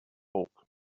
bulk